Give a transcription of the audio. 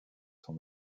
sont